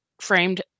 framed